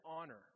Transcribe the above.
honor